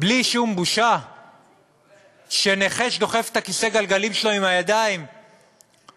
בלי שום בושה שנכה שדוחף את כיסא הגלגלים שלו עם הידיים הוא,